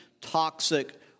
toxic